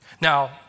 Now